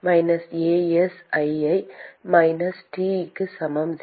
minus A s ஐ T minus T க்கு சமம் 0